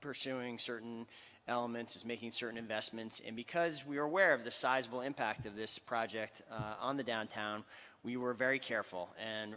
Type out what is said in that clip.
pursuing certain elements is making certain investments in because we are aware of the sizable impact of this project on the downtown we were very careful and